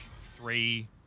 three